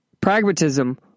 pragmatism